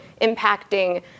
impacting